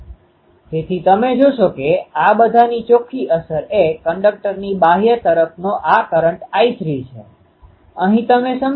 તેથી તેનો અર્થ એ કે હવે તમે જોશો કે કુલ ક્ષેત્ર એ અચળ ભાગ છે અને જો હું આનુ માન લઈશ તો શું હું લખી શકું છું કે આ એલિમેન્ટ પેટર્ન છે